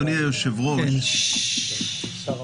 אדוני היושב-ראש -- טיבי,